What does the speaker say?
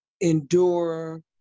endure